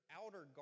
outer